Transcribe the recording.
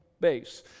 base